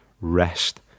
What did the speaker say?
rest